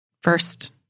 first